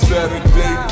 Saturday